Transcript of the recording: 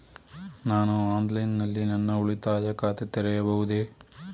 ನಾನು ಆನ್ಲೈನ್ ನಲ್ಲಿ ನನ್ನ ಉಳಿತಾಯ ಖಾತೆ ತೆರೆಯಬಹುದೇ?